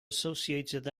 associated